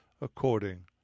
according